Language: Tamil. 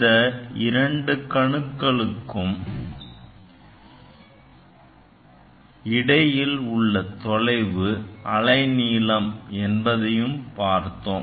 இந்த இரண்டு கணுக்களுக்கு இடையில் உள்ள தொலைவு அலைநீளம் என்பதையும் பார்த்தோம்